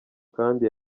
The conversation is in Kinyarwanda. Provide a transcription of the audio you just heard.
kandi